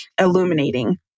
illuminating